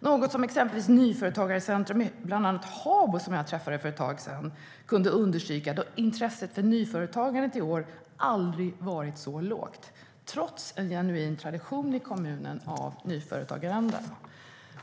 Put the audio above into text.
något som exempelvis Nyföretagarcentrum i Habo, som jag träffade för ett tag sedan, underströk. Intresset för nyföretagande har aldrig varit så lågt som i år, trots en genuin tradition av nyföretagaranda i kommunen.